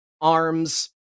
arms